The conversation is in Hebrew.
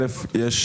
ראשית,